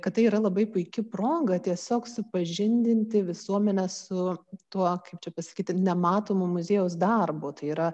kad tai yra labai puiki proga tiesiog supažindinti visuomenę su tuo kaip čia pasakyti nematomu muziejaus darbu tai yra